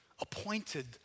appointed